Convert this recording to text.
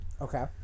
Okay